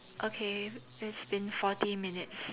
okay it's been forty minutes